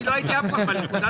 אני לא הייתי אף פעם בליכוד.